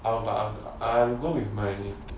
oh but after I go with my